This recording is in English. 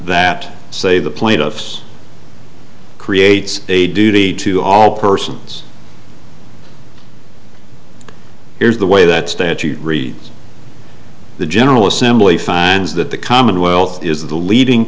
that say the plaintiffs creates a duty to all persons here's the way that statute reads the general assembly finds that the commonwealth is the leading